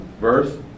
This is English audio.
verse